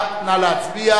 נא להצביע,